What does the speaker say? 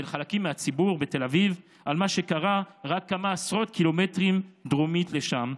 חלקים מהציבור בתל אביב במה שקרה רק כמה עשרות קילומטרים דרומית לשם,